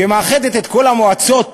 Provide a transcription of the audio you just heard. שמאחדת את כל המועצות